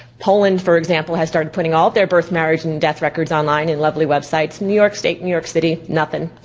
poland, for example, has started putting all of their birth, marriage, and death records online in lovely websites. new york state, new york city, nothin'.